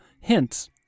hints